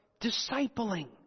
discipling